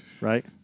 Right